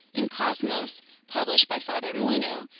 in cosmos published by father moigno,